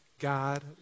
God